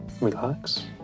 relax